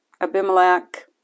Abimelech